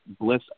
Bliss